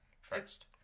first